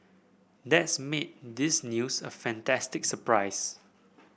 that's made this news a fantastic surprise